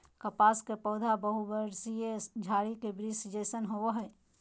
कपास के पौधा बहुवर्षीय झारी के वृक्ष जैसन होबो हइ